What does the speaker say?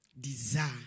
desire